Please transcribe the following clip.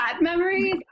memories